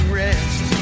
rest